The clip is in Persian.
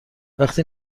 وقتی